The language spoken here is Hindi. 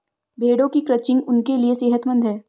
भेड़ों की क्रचिंग उनके लिए सेहतमंद है